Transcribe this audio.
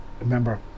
remember